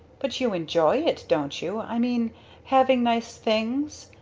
but you enjoy it, don't you i mean having nice things?